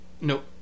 Nope